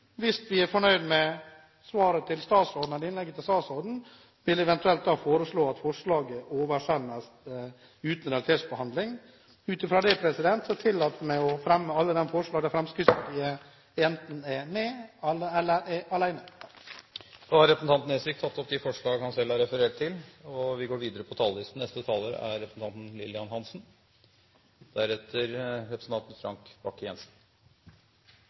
hvis vi er fornøyd med innlegget til statsråden, eventuelt foreslå at forslaget oversendes uten realitetsbehandling. Ut fra dette tillater jeg meg å fremme alle de forslag Fremskrittspartiet enten er med på eller er alene om. Representanten Harald T. Nesvik har tatt opp de forslag han refererte til. I Norge har vi en lang historie med ulike strukturtiltak i fiskeflåten, og det er viktig at strukturordningen vurderes og diskuteres i forhold til